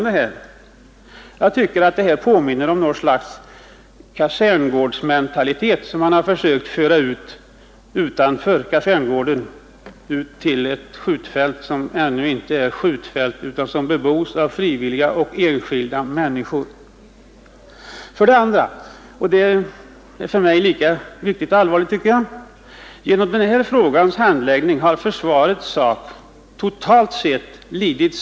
Det här påminner om något slags kaserngårdsmentalitet, som man försökt föra ut utanför kaserngården till ett område som ännu inte är något skjutfält utan en bygd som bebos av enskilda fria människor. Vidare anser jag att — och det är för mig lika allvarligt — försvarets sak totalt sett lidit skada genom denna frågas handläggning.